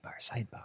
Sidebar